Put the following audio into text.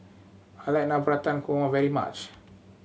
I like Navratan Korma very much